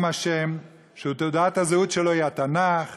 עם ה', שתעודת הזהות שלו היא התנ"ך